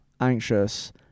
anxious